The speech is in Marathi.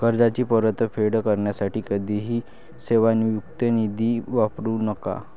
कर्जाची परतफेड करण्यासाठी कधीही सेवानिवृत्ती निधी वापरू नका